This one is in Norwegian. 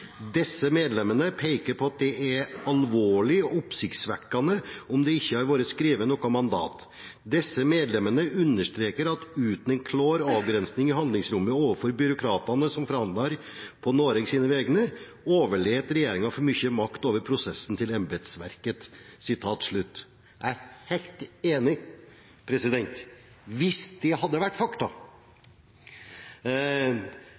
peiker på at det er alvorleg og oppsiktsvekkande om det ikkje har vore skrive noko mandat. Desse medlemene understreker at utan ei klår avgrensing i handlingsrommet overfor byråkratane som forhandlar på Noreg sine vegne, overlèt regjeringa for mykje makt over prosessen til embetsverket.» Jeg er helt enig, hvis det hadde vært fakta.